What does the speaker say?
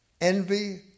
envy